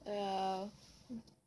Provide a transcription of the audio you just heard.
ya